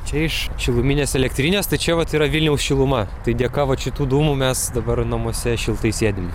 čia iš šiluminės elektrinės tai čia vat yra vilniaus šiluma tai dėka vat šitų dūmų mes dabar namuose šiltai sėdim